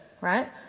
right